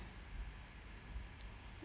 orh okay